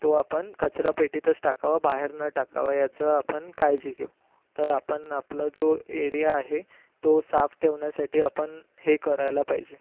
तो आपण कचरा पेटीतच टाकावा बाहेर न टाकावा याचं आपण काळजी घेऊ तर आपण आपला जो एरिया आहे तो साफ ठेवण्यासाठी आपण हे करायला पाहिजे